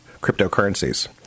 cryptocurrencies